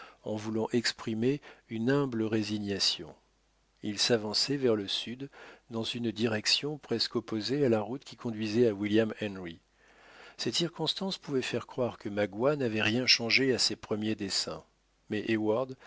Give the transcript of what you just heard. en voulant exprimer une humble résignation ils s'avançaient vers le sud dans une direction presque opposée à la route qui conduisait à williamhenry cette circonstance pouvait faire croire que magua n'avait rien changé à ses premiers desseins mais